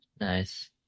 Nice